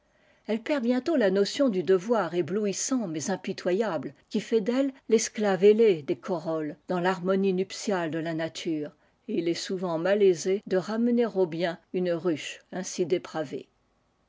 elle perh bientôt la notion d i devoir éblouissant mais imp'toyable qui it d'elle l'esclave ailée dc jorolies dans l'harmonie nuptiale de la nature et il est souvent malaisé de ramener au bien une ruche ainsi dépravée